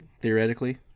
theoretically